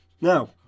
Now